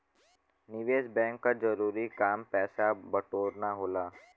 निवेस बैंक क जरूरी काम पैसा बटोरना होला